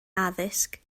addysg